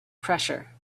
pressure